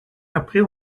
april